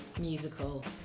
musical